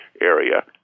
area